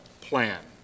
plan